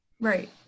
Right